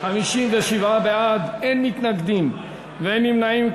57 בעד, אין מתנגדים ואין נמנעים.